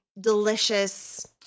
delicious